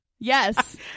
Yes